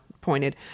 pointed